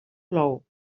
plou